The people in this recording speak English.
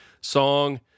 song